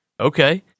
Okay